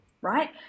right